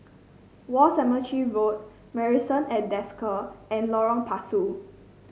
War Cemetery Road Marrison at Desker and Lorong Pasu